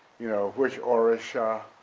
you know, which orisha,